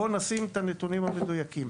בוא נשים את הנתונים המדויקים.